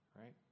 right